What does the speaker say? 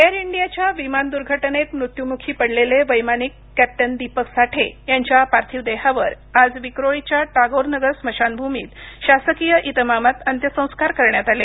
air इंडियाच्या विमान दुर्घटनेत मृत्यूमुखी पडलेले वैमानिक कॅप्टन दीपक साठे यांच्या पार्थिव देहावर आज विक्रोळीच्या टागोर नगर स्मशानभूमीत शासकीय इतमामात अंत्यसंस्कार करण्यात आले